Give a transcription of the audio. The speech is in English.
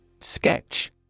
Sketch